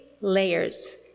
layers